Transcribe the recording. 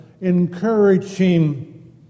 encouraging